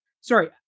sorry